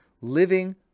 living